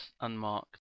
Unmarked